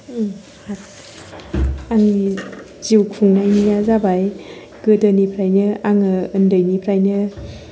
ओं हागोन आंनि जिउ खुंनायनिया जाबाय गोदोनिफ्रायनो आङो ओन्दैनिफ्रायनो